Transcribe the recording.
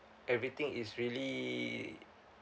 everything is really